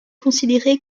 considéré